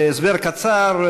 הסבר קצר.